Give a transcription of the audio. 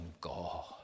God